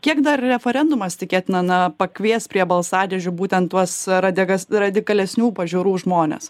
kiek dar referendumas tikėtina na pakvies prie balsadėžių būtent tuos radegas radikalesnių pažiūrų žmones